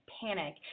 panic